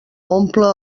omple